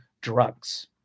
drugs